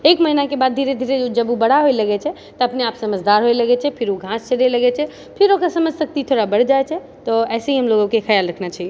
एक महीनाके बाद धीरे धीरे जब ओ बड़ा होइ लगै छै तऽ अपनेआप समझदार होइ लगय छै फिर ओ घास चरए लगै छै फिर ओकर समझशक्ति थोड़ा बढ़ जाइत छै तऽ एनाहे ही हमलोगोको खयाल रखना चाहिए